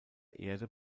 erde